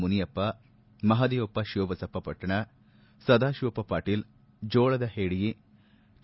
ಮುನಿಯಪ್ಪ ಮಹದೇವಪ್ಪ ಶಿವಬಸಪ್ಪ ಪಟ್ಟಣ ಸದಾಶಿವಪ್ಪ ಪಾಟೀಲ್ ಜೋಳದ ಪೆಡ್ಸಿ ಕೆ